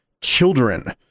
children